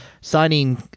signing